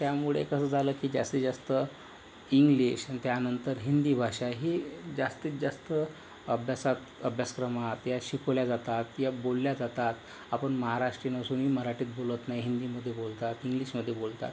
तर त्यामुळे कसं झालं की जास्तीत जास्त इंग्लिश आणि त्यानंतर हिंदी भाषा ही जास्तीत जास्त अभ्यासात अभ्यासक्रमात या शिकवल्या जातात या बोलल्या जातात आपण महाराष्ट्रीयन असूनही मराठीत बोलत नाही हिंदीमध्ये बोलतात इंग्लिशमध्ये बोलतात